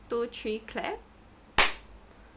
two three clap